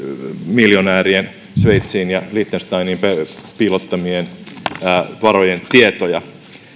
miljonäärien sveitsiin ja liechtensteiniin piilottamien varojen tietoja